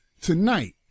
tonight